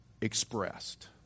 expressed